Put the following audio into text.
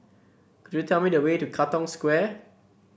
could you tell me the way to Katong Square